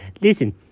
Listen